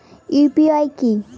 UPI কি?